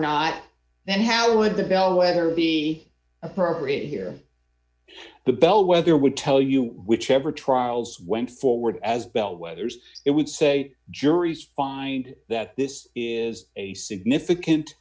be appropriate here the bellwether would tell you whichever trials went forward as bellwethers it would say juries find that this is a significant